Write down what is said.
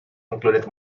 included